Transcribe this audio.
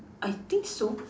I think so